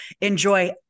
Enjoy